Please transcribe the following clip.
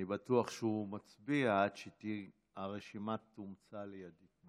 בטוח שהוא מצביע, עד שהרשימה תומצא לידיי.